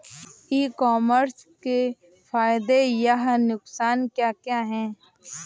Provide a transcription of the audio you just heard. ई commerce के फायदे या नुकसान क्या क्या हैं?